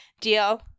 deal